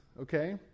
Okay